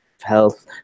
health